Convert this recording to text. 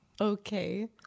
okay